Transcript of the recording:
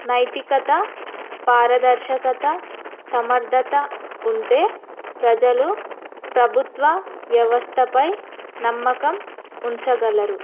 నైతికత పారదర్శకత సమర్థత ఉంటే ప్రజలు ప్రభుత్వ వ్యవస్థపై నమ్మకం ఉంచగలరు